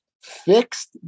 fixed